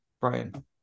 Brian